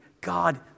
God